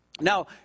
Now